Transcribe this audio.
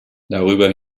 darüber